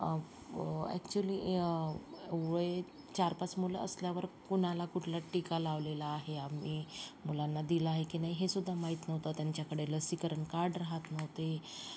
actually एवढे चार पाच मुलं असल्यावर कोणाला कुठला टिका लावलेला आहे आम्ही मुलांना दिला आहे की नाही हे सुद्धा माहीत नव्हतं त्यांच्याकडे लसीकरण कार्ड राहत नव्हते